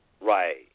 right